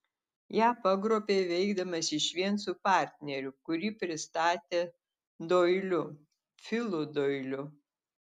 ją pagrobė veikdamas išvien su partneriu kurį pristatė doiliu filu doiliu